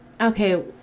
okay